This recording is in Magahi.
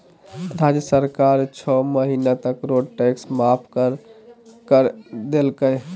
राज्य सरकार छो महीना तक रोड टैक्स माफ कर कर देलकय